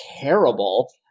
terrible